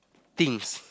things